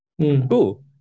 Cool